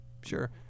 Sure